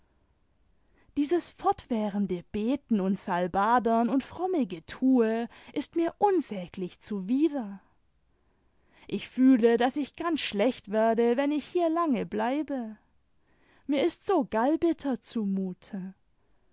dieses fortwährende beten und salbadern imd fromme getue ist mir unsäglich zuwider ich fühle daß ich ganz schlecht werde wenn ich hier lange bleibe mir ist so gallbitter zumute